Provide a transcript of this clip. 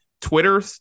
Twitter